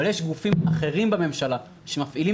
אבל יש גופים אחרים בממשלה שמפעילים